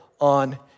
on